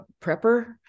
prepper